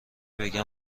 بگم